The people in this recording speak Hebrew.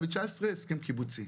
הסכם קיבוצי,